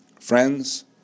friends